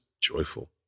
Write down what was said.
joyful